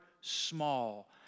small